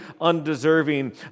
undeserving